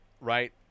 right